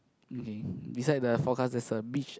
okay beside the forecast there's a beach